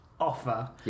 offer